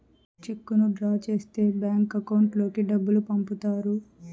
చెక్కును డ్రా చేస్తే bank account లోకి డబ్బులు పంపుతారు